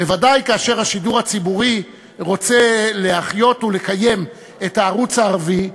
בוודאי כאשר השידור הציבורי רוצה להחיות ולקיים את הערוץ הערבי,